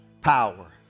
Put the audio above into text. power